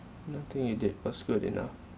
nothing you did was good enough